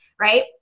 right